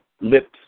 lips